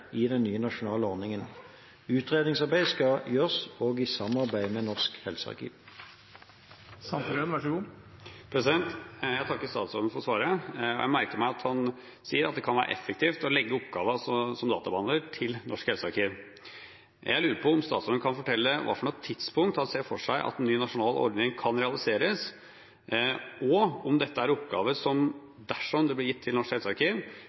i den nye nasjonale ordningen. Utredningsarbeidet skal gjøres i samarbeid med Norsk helsearkiv. Jeg takker statsråden for svaret. Jeg merker meg at han sier at det kan være effektivt å legge oppgaven som databehandler til Norsk helsearkiv. Jeg lurer på om statsråden kan fortelle på hvilket tidspunkt han ser for seg at en ny nasjonal ordning kan realiseres, og om dette er en oppgave som, dersom den blir gitt til Norsk